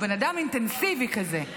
הוא בן אדם אינטנסיבי כזה.